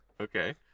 Okay